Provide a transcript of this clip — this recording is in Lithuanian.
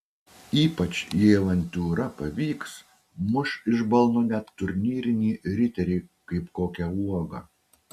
ypač jei avantiūra pavyks muš iš balno net turnyrinį riterį kaip kokią uogą